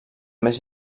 més